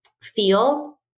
feel